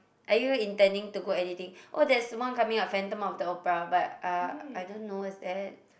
are you intending to go anything oh there's one coming up Phantom-of-the-Opera but uh I don't know what's that